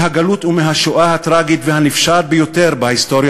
מהגלות ומהשואה הטרגית והנפשעת ביותר בהיסטוריה